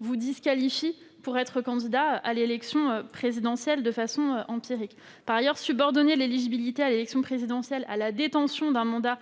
ne disqualifie pas un candidat à l'élection présidentielle, bien au contraire. Par ailleurs, subordonner l'éligibilité au scrutin présidentiel à la détention d'un mandat